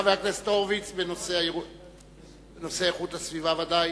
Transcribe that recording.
חבר הכנסת הורוביץ, בנושא איכות הסביבה ודאי.